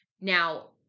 Now